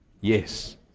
Yes